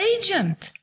agent